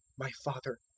my father,